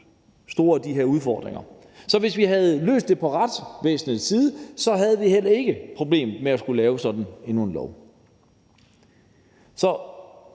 af de her udfordringer. Hvis vi havde løst det, hvad angår retsvæsenet, så havde vi heller ikke et problem i forhold til at skulle lave sådan endnu en lov.